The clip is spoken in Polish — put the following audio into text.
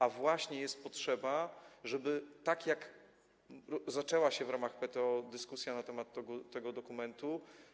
A właśnie jest potrzeba, żeby tak jak zaczęła się w ramach PTO dyskusja na temat tego dokumentu.